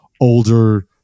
older